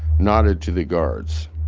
nodded to the guards.